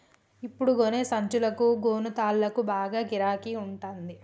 ఇప్పుడు గోనె సంచులకు, గోగు తాళ్లకు బాగా గిరాకి ఉంటంది